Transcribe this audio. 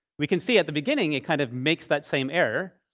we can see at the beginning, it kind of makes that same error.